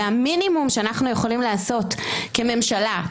והמינימום שאנחנו יכולים לעשות כממשלה,